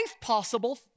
possible